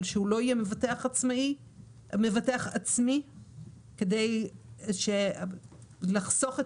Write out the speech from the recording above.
אבל שהוא לא יהיה מבטח עצמי כדי לחסוך את